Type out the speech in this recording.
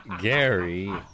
Gary